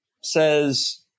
says